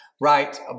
right